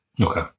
Okay